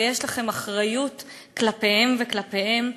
ויש לכם אחריות כלפיהם וכלפיהן.